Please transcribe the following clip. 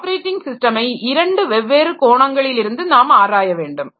இந்த ஆப்பரேட்டிங் ஸிஸ்டமை இரண்டு வெவ்வேறு கோணங்களில் இருந்து நாம் ஆராய வேண்டும்